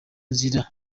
inzira